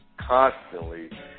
constantly